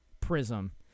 prism